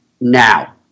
now